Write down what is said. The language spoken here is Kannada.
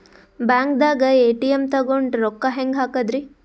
ಬ್ಯಾಂಕ್ದಾಗ ಎ.ಟಿ.ಎಂ ತಗೊಂಡ್ ರೊಕ್ಕ ಹೆಂಗ್ ಹಾಕದ್ರಿ?